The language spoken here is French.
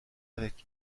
avec